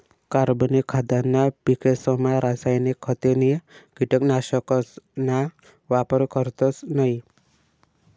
कार्बनिक खाद्यना पिकेसमा रासायनिक खते नी कीटकनाशकसना वापर करतस नयी